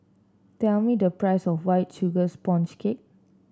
tell me the price of White Sugar Sponge Cake